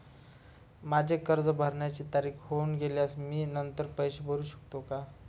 माझे कर्ज भरण्याची तारीख होऊन गेल्यास मी नंतर पैसे भरू शकतो का?